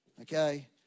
Okay